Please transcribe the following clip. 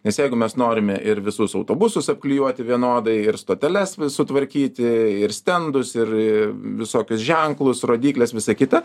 nes jeigu mes norime ir visus autobusus apklijuoti vienodai ir stoteles sutvarkyti ir stendus ir visokius ženklus rodykles visa kita